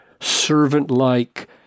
servant-like